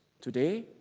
today